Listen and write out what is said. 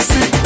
See